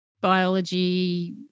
biology